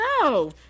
No